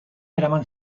eraman